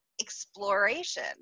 exploration